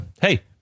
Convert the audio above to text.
hey